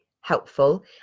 helpful